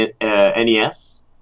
NES